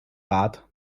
bad